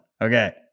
Okay